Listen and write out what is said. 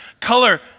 color